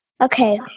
Okay